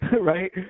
right